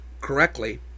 correctly